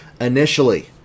initially